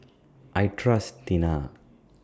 I Trust Tena